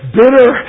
bitter